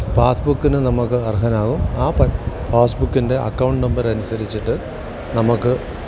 pass ബുക്കിന് നമുക്ക് അര്ഹനാകും ആ പ പാസ് ബുക്കിന്റെ അക്കൗണ്ട് നമ്പർ അനുസരിച്ചിട്ട് നമുക്ക്